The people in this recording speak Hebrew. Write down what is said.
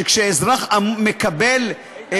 שכשאזרח מקבל,